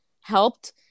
helped